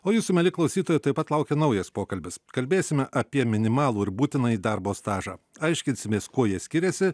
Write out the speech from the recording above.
o jūsų mieli klausytojai tuoj pat laukia naujas pokalbis kalbėsime apie minimalų ir būtinąjį darbo stažą aiškinsimės kuo jie skiriasi